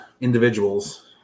individuals